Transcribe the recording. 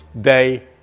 day